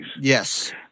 Yes